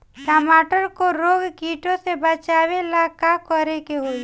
टमाटर को रोग कीटो से बचावेला का करेके होई?